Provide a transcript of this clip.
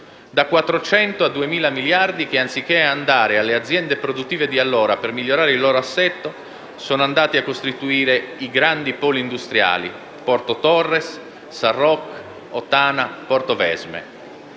Da 400 a 2.000 miliardi che, anziché andare alle aziende produttive di allora per migliorare il loro assetto, sono andati a costituire i grandi poli industriali: Porto Torres, Sarroch, Ottana, Portovesme.